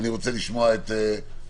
ואני רוצה לשמוע את דבריו.